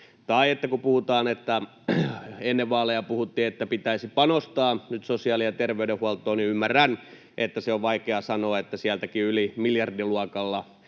Tai kun ennen vaaleja puhuttiin, että nyt pitäisi panostaa sosiaali- ja terveydenhuoltoon, niin ymmärrän, että on vaikea sanoa, että sielläkin yli miljardiluokalla